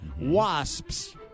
wasps